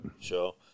Sure